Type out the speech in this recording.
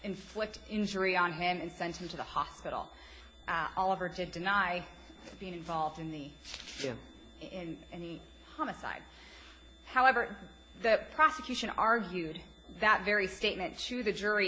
inflict injury on him and sent him to the hospital all over to deny being involved in the in the homicide however the prosecution argued that very statement should the jury